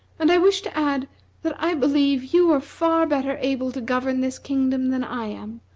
and i wish to add that i believe you are far better able to govern this kingdom than i am.